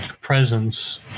presence